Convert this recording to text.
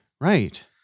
Right